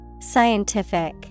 Scientific